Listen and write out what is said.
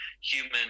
human